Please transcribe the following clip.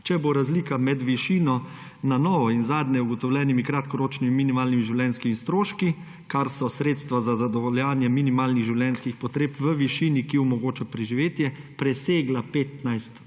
Če bo razlika med višino na novo in zadnje ugotovljenih kratkoročnih minimalnih življenjskih stroškov, kar so sredstva za zadovoljevanje minimalnih življenjskih potreb v višini, ki omogoča preživetje, presegla 15